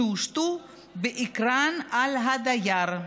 שהושתו בעיקרן על הדייר.